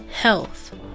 health